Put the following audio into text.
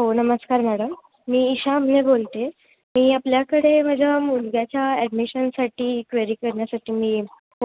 हो नमस्कार मॅडम मी ईशा आमणे बोलते आहे मी आपल्याकडे माझ्या मुलग्याच्या ॲडमिशनसाठी क्वेरी करण्यासाठी मी